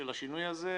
של השינוי הזה,